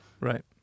Right